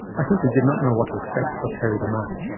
i simply didn't know what to expect of terry the man.